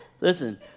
listen